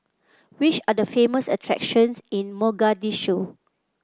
which are the famous attractions in Mogadishu